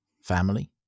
family